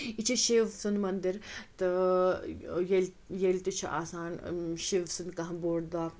یہِ چھُ شِو سُند مَندِر تہٕ ییٚلہِ ییٚلہِ تہِ چھُ آسان شِو سُند کانہہ بوٚڑ دۄہ